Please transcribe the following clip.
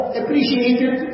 appreciated